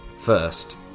First